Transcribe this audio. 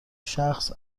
شخص